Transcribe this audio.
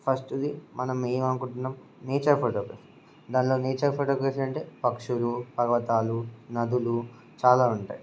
ఫస్ట్ది మనం ఏం అనుకుంటున్నాం నేచర్ ఫోటోగ్రఫీ దానిలో నేచర్ ఫోటోగ్రఫీ అంటే పక్షులు పర్వతాలు నదులు చాలా ఉంటాయి